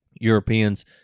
Europeans